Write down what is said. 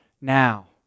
now